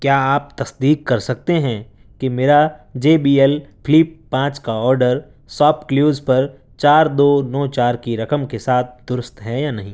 کیا آپ تصدیق کر سکتے ہیں کہ میرا جے بی ایل فلپ پانچ کا آرڈر شاپ کلیوز پر چار دو نو چار کی رقم کے ساتھ درست ہیں یا نہیں